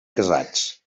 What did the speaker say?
casats